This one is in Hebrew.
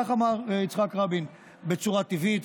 כך אמר יצחק רבין בצורה טבעית.